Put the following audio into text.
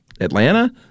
Atlanta